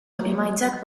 emaitzak